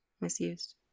misused